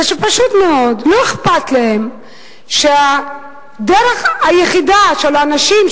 זה שפשוט מאוד לא אכפת להם שהדרך היחידה של האנשים,